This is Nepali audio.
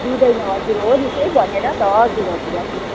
दिँदैन हजुर हो नि त्यही भनेर त हजुर हजुर हजुर